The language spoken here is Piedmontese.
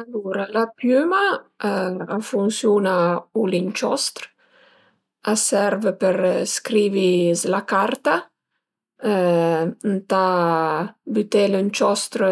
Alura la piüma a funsiun-a u l'inciostr, a serv për scrivi s'la carta, ëntà büté l'ënciostr